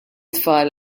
tfal